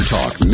Talk